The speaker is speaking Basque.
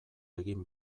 egin